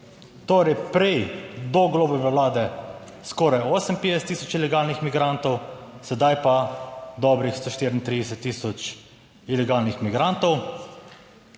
Torej prej do Golobove vlade skoraj 58 tisoč ilegalnih migrantov, sedaj pa dobrih 134 tisoč ilegalnih migrantov.